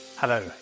Hello